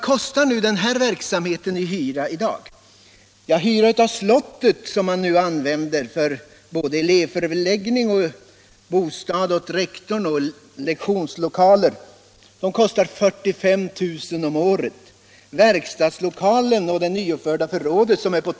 Kostnadsjämförelsen tycker jag borde tala sitt tydliga språk.